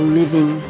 living